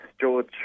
George